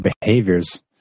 behaviors